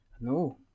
No